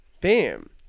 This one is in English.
Bam